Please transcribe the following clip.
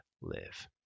live